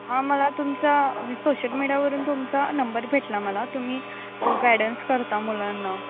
हां मला तुमचा सोशल मीडियावरून तुमचा नंबर भेटला मला तुम्ही गायडन्स करता मुलांना